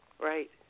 Right